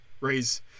raise